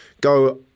go